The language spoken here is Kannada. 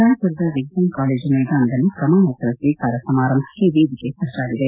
ರಾಯ್ಪುರದ ವಿಜ್ಞಾನ ಕಾಲೇಜು ಮೈದಾನದಲ್ಲಿ ಪ್ರಮಾಣವಚನ ಸ್ವೀಕಾರ ಸಮಾರಂಭಕ್ಕೆ ವೇದಿಕೆ ಸಜ್ಣಾಗಿದೆ